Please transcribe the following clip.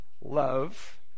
love